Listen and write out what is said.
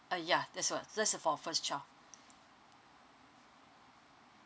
uh ya that's what that is for first child